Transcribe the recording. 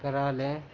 کرا لیں